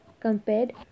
compared